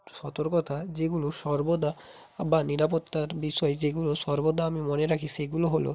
সতর্কতা যেগুলো সর্বদা বা নিরাপত্তার বিষয়ে যেগুলো সর্বদা আমি মনে রাখি সেগুলো হলো